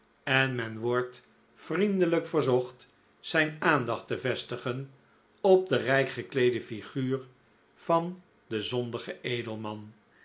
en men wordt vriendelijk verzocht zijn aandacht te vestigen op de rijk gekleede flguur van den